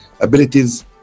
abilities